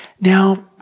Now